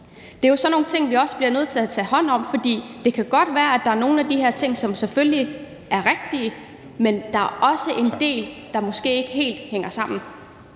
det er jo også sådan nogle ting, som vi bliver nødt til at tage hånd om. For det kan selvfølgelig godt være, at der er nogle af de her ting, som er rigtige, men der er måske også en del, der ikke helt hænger sammen.